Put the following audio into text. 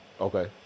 Okay